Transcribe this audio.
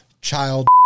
child